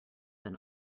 than